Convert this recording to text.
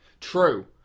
True